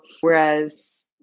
whereas